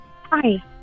Hi